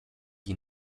die